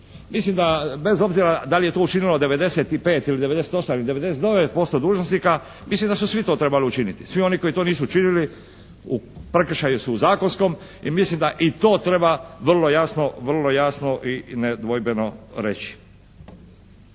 Mislim da bez obzira da li je to učinilo 95, ili 98, ili 99% dužnosnika, mislim da su svi to trebali učiniti, svi oni koji to nisu učinili u prekršaju su zakonskom. I mislim da i to treba vrlo jasno i nedvojbeno reći.